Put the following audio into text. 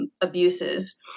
abuses